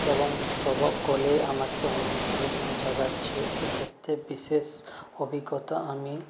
এবং সকলে আমাকে অনুপ্রেরণা জাগাচ্ছে এ ক্ষেত্রে বিশেষ অভিজ্ঞতা আমি